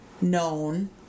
known